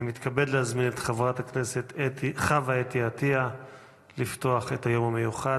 אני מתכבד להזמין את חברת הכנסת חוה אתי עטייה לפתוח את היום המיוחד.